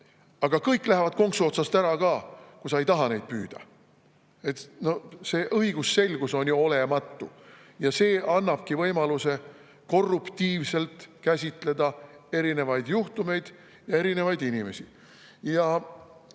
Aga kõik lähevad konksu otsast ära ka, kui sa ei taha neid püüda. See õigusselgus on ju olematu ja see annabki võimaluse korruptiivselt käsitleda erinevaid juhtumeid ja erinevaid inimesi. Hea